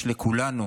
יש לכולנו